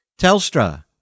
Telstra